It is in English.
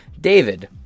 David